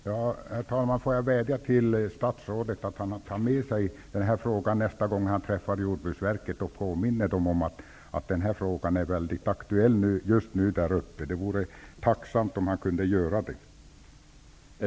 Herr talman! Låt mig då vädja till statsrådet att han tar med sig den här frågan nästa gång han träffar representanter för Jordbruksverket och påminner dem om att denna fråga är mycket aktuell just nu där uppe. Jag skulle vara tacksam om han ville göra det.